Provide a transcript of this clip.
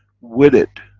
with it,